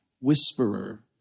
whisperer